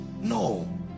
no